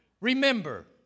Remember